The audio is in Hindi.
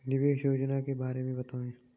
निवेश योजना के बारे में बताएँ?